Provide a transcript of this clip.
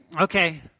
okay